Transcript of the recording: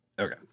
Okay